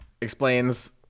Explains